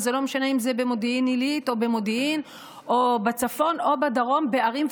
וזה לא משנה אם זה במודיעין עילית או במודיעין או בצפון או בדרום בערים.